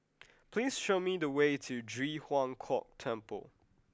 please show me the way to Ji Huang Kok Temple